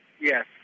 Yes